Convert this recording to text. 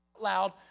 loud